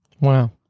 Wow